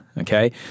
okay